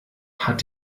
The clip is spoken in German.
hat